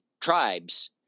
tribes